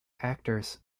actors